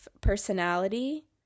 personality